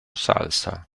salsa